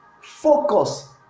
focus